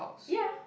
ya